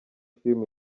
film